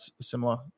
similar